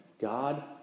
God